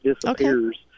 disappears